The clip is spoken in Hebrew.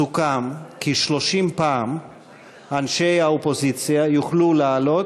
סוכם כי 30 פעם אנשי האופוזיציה יוכלו לעלות,